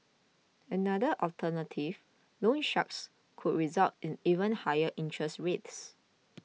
another alternative loan sharks could result in even higher interest rates